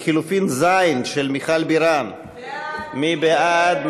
לחלופין ז', של מיכל בירן, מי בעד?